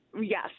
Yes